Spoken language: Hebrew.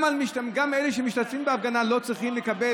גם אלה שמשתתפים בהפגנה לא צריכים לקבל